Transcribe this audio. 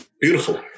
beautiful